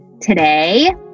today